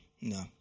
no